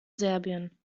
serbien